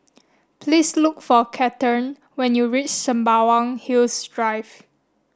please look for Cathern when you reach Sembawang Hills Drive